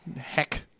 heck